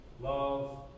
love